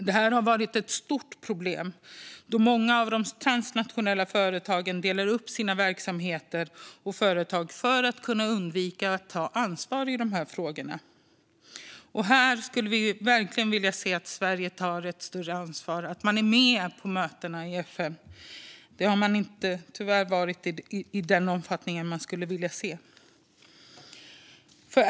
Det här har varit ett stort problem, eftersom många av de transnationella företagen delar upp sina verksamheter och företag för att kunna undvika att ta ansvar i dessa frågor. Här skulle vi verkligen vilja se att Sverige tar ett större ansvar och är med på mötena i FN. Det har man tyvärr inte varit i den omfattning man skulle vilja se.